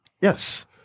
Yes